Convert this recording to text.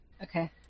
Okay